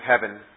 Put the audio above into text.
heaven